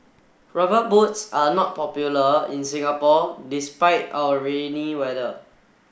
rubber boots are not popular in Singapore despite our rainy weather